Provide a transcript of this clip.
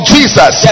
Jesus